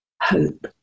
hope